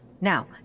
Now